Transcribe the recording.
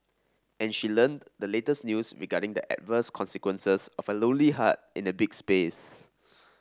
and she learnt the latest news regarding the adverse consequences of a lonely heart in a big space